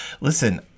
Listen